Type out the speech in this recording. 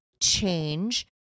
change